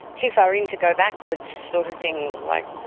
too far in to go backwards, sort of thing like,